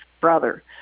brother